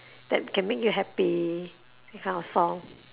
that can make you happy that kind of song